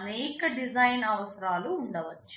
అనేక డిజైన్ అవసరాలు ఉండవచ్చు